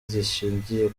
zishingiye